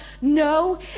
no